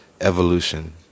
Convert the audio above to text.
evolution